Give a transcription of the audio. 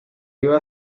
iba